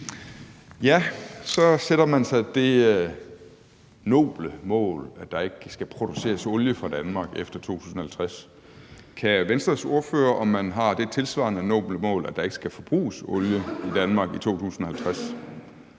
Så sætter man sig det noble mål, at der ikke skal produceres olie i Danmark efter 2050. Kan Venstres ordfører sige, om man har det tilsvarende noble mål, at der ikke skal forbruges olie i Danmark i 2050?